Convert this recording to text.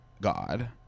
God